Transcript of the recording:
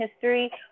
history